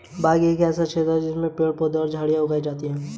बाग एक ऐसा क्षेत्र होता है जिसमें पेड़ पौधे और झाड़ियां उगाई जाती हैं